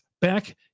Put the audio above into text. back